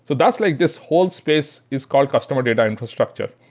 so that's like this whole space is called customer data infrastructure,